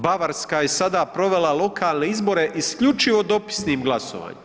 Bavarska je sada provela lokalne izbore isključivo dopisnim glasovanjem.